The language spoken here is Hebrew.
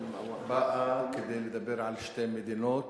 באה כדי לדבר על שתי מדינות.